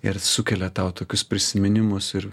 ir sukelia tau tokius prisiminimus ir